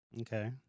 Okay